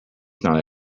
not